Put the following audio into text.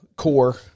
core